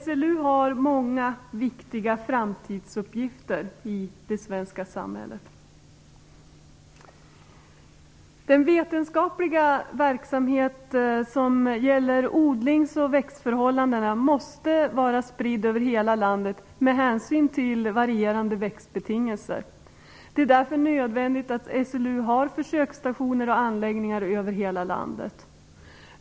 SLU har många viktiga framtidsuppgifter i det svenska samhället. Den vetenskapliga verksamhet som gäller odlingsoch växtförhållandena måste vara spridd över hela landet med hänsyn till varierande växtbetingelser. Det är därför nödvändigt att SLU har försöksstationer och anläggningar över hela landet.